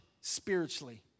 spiritually